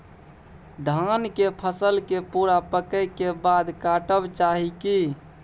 धान के फसल के पूरा पकै के बाद काटब चाही की?